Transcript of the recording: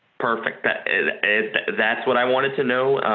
perfect that that's what i wanted to know.